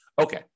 Okay